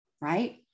right